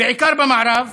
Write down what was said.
בעיקר במערב,